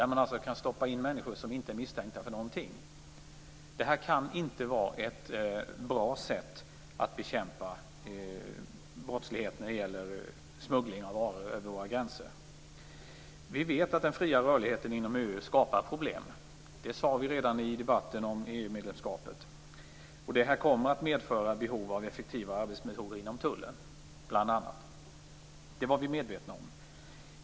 Där kan människor tas med som inte är misstänkta för någonting. Det kan inte vara ett bra sätt att bekämpa brottslighet i form av smuggling av varor över våra gränser. Vi vet att den fria rörligheten inom EU skapar problem. Det sade vi redan i debatten om EU medlemskapet. Vi var medvetna om att detta skulle medföra behov av effektiva arbetsmetoder bl.a. inom Tullen.